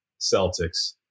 Celtics